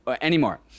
anymore